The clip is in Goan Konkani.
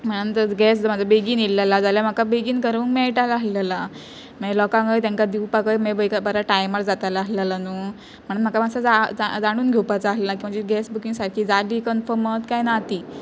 म्हणान जर गॅस जर म्हाजो बेगीन येल्लेला जाल्यार म्हाका बेगीन करूंक मेळटालां आहलेंलां मागीर लोकांकय तेंकां दिवपाकय मागीर काय टायमार जातालां आहलेलां न्हूं म्हणून म्हाका मातसो जा जाणून घेवपाचां आहलां की म्हजी गॅस बुकींग सारकी जाली कन्फर्मच काय ना ती